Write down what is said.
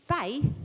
Faith